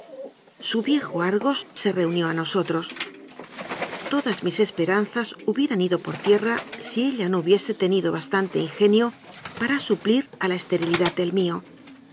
su viejo argos se reunió a nosotros todas mis esperanzas hubieran ido por tierra si ella no hubiese tenido bastante ingenio para suplir a la esterilidad del mío